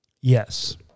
Yes